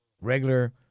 regular